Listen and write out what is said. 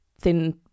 thin